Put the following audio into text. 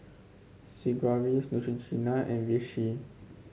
Sigvaris Neutrogena and Vichy